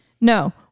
No